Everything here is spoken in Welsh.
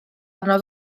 arno